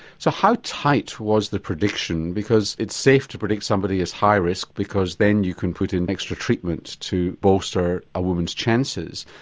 so how tight was the prediction, because it's safe to predict somebody at high risk because then you can put in extra treatment to bolster a woman's chances.